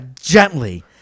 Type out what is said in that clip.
gently